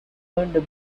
earned